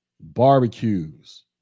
Barbecues